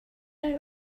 out